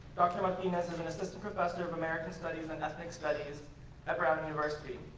dr. martinez is an assistant professor of american studies and ethnic studies at brown university.